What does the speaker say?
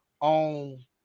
on